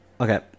Okay